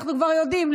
אנחנו כבר יודעים,